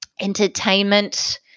entertainment